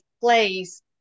place